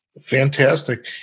Fantastic